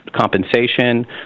compensation